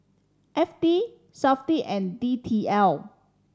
F T Safti and D T L